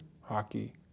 hockey